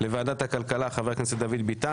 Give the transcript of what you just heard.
לוועדת הכלכלה - חבר הכנסת דוד ביטן,